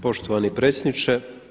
Poštovani predsjedniče.